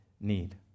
need